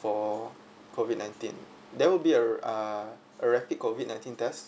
for COVID nineteen there will be uh uh a rapid COVID nineteen test